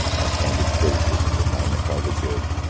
our candid criticism will magnify the good,